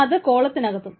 ഇത് കോളത്തിനകത്തും